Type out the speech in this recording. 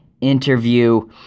interview